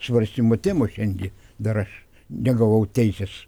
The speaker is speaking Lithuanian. svarstymo temos šiandie dar aš negavau teisės